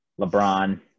LeBron